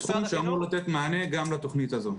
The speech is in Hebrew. --- הסכום שאמור לתת מענה גם לתוכנית הזאת.